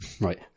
Right